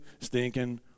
stinking